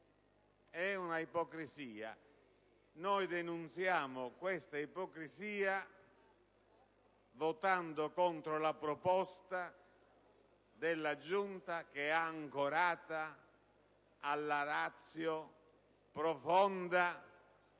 È un'ipocrisia. Noi denunziamo questa ipocrisia votando contro la proposta della Giunta che è ancorata alla *ratio* profonda,